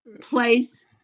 place